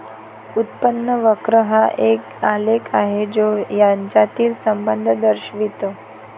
उत्पन्न वक्र हा एक आलेख आहे जो यांच्यातील संबंध दर्शवितो